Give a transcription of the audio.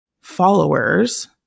followers